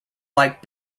like